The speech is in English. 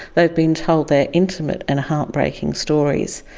they have been told their intimate and heartbreaking stories,